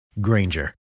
Granger